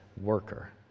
worker